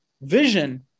vision